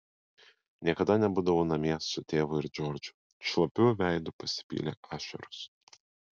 niekada nebūdavau namie su tėvu ir džordžu šlapiu veidu pasipylė ašaros